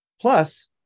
Plus